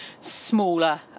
smaller